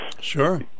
Sure